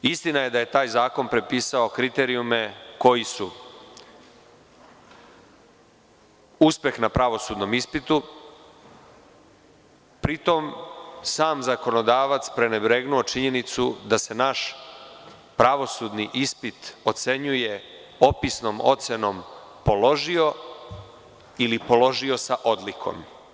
Istina je da je taj zakon prepisao kriterijume koji su uspeh na pravosudnom ispitu, pri tome sam zakonodavac prenebregnuo činjenicu da se naš pravosudni ispit ocenjuje opisnom ocenom „položio“ ili „položio sa odlikom“